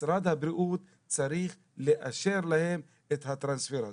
משרד הבריאות צריך לאשר להם את ההעברה הזאת.